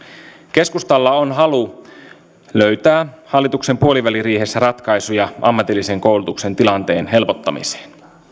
keskustalla on halu löytää hallituksen puoliväliriihessä ratkaisuja ammatillisen koulutuksen tilanteen helpottamiseen